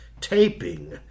taping